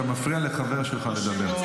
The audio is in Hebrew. אתה מפריע לחבר שלך לדבר.